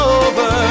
over